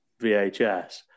VHS